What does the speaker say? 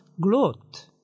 gloat